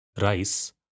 RICE